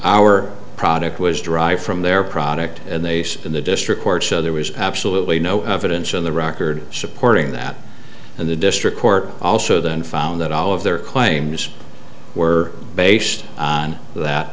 the our product was derived from their product and they say in the district court so there was absolutely no evidence in the record supporting that and the district court also then found that all of their claims were based on that